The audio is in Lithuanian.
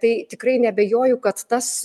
tai tikrai neabejoju kad tas